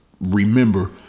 remember